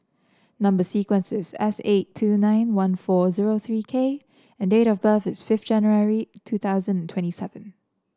number sequence is S eight two nine one four zero three K and date of birth is fifth January two thousand and twenty seven